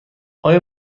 آیا